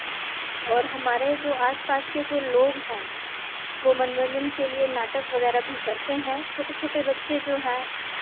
और हमारे जो आस पास के जो लोग हैं वो मनोरंजन के लिये नाटक वगैरह भी करते हें छोटे छोटे बच्चे जो हैं